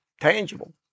tangible